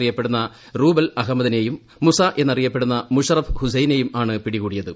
അറിയപ്പെടുന്ന റൂബൽ അഹ്മ്മദ്ദീനെയും മുസ എന്നറിയപ്പെടുന്ന മുഷറഫ് ഹുസൈനെയും ്യആണ് പിടികൂടിയത്